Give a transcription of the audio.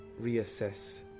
reassess